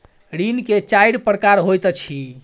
ऋण के चाइर प्रकार होइत अछि